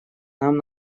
нам